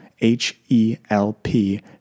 H-E-L-P